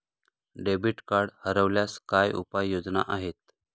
Debit card हरवल्यास काय उपाय योजना आहेत?